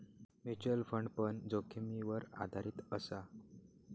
mutual fund पण जोखीमीवर आधारीत असा